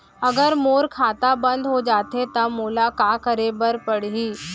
अगर मोर खाता बन्द हो जाथे त मोला का करे बार पड़हि?